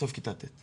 סוף כיתה ט'.